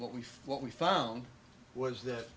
what we float we found was that